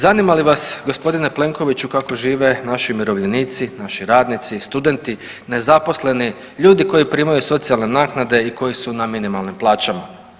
Zanima li vas gospodine Plenkoviću kako žive naši umirovljenici, naši radnici, studenti, nezaposleni, ljudi koji primaju socijalne naknade i koji su na minimalnim plaćama.